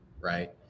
right